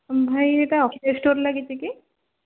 ଭାଇ ଏଇଟା ଅଖିଳ ଷ୍ଟୋର୍ ଲାଗିଛି କି